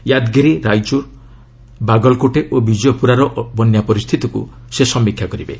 ୟାଦ୍ଗିରି ରାଇଚୁର ବାଗଲକୋଟେ ଓ ବିଜୟପୁରାର ବନ୍ୟା ପରିସ୍ଥିତିକୁ ସେ ସମୀକ୍ଷା କରିବେ